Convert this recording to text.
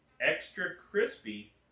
extra-crispy